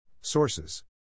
Sources